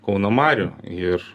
kauno marių ir